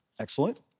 Excellent